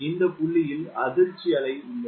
இந்த புள்ளியில் அதிர்ச்சி அலை உள்ளது